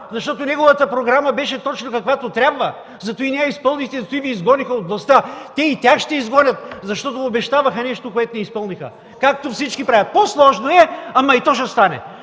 защото неговата програма беше точно каквато трябва? Затова не я изпълнихте, затова Ви изгониха от властта! Те и тях ще изгонят, защото обещаваха нещо, което не изпълниха! Както всички правят! По-сложно е, ама и то ще стане!